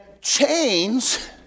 chains